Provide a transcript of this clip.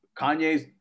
kanye's